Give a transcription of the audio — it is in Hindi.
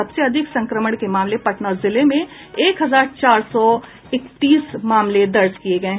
सबसे अधिक संक्रमण के मामले पटना जिले में एक हजार चार सौ इकतीस दर्ज किये गये